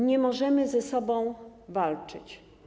Nie możemy ze sobą walczyć.